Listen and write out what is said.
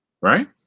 right